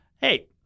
Hey